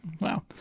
Wow